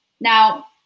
Now